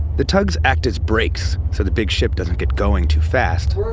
the tugs act as brakes, so the big ship doesn't get going too fast